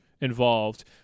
involved